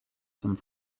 some